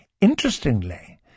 Interestingly